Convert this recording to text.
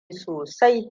sosai